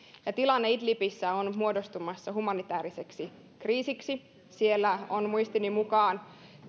tilanne idlibissä on muodostumassa humanitääriseksi kriisiksi siellä on muistini mukaan